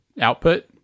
output